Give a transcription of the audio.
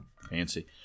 Fancy